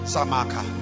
Samaka